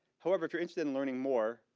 however if you're interested in learning more,